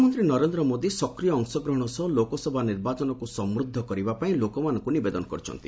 ପ୍ରଧାନମନ୍ତ୍ରୀ ନରେନ୍ଦ୍ର ମୋଦି ସକ୍ରିୟ ଅଂଶଗ୍ରହଣ ସହ ଲୋକସଭା ନିର୍ବାଚନକୁ ସମୃଦ୍ଧ କରିବାପାଇଁ ଲୋକମାନଙ୍କୁ ନିବେଦନ କରିଛନ୍ତି